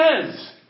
says